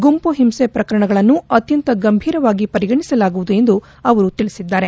ಗುಂಪು ಹಿಂಸೆ ಪ್ರಕರಣಗಳನ್ನು ಅತ್ಯಂತ ಗಂಭೀರವಾಗಿ ಪರಿಗಣಿಸಲಾಗುವುದು ಎಂದು ಅವರು ತಿಳಿಸಿದ್ಗಾರೆ